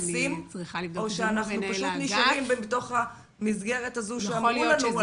או שאנחנו פשוט נשארים בתוך המסגרת הזו שאמרו לנו,